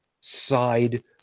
side